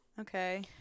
Okay